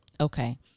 Okay